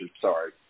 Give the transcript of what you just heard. Sorry